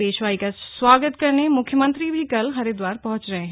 पेशवाई का स्वागत करने मुख्यमंत्री भी कल हरिद्वार पहुंच रहे हैं